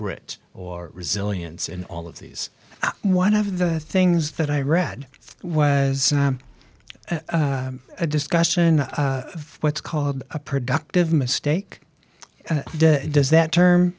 grit or resilience in all of these one of the things that i read was a discussion of what's called a productive mistake does that term